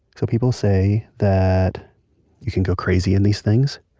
so people say that you can go crazy in these things,